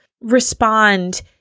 respond